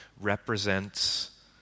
represents